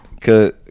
Cause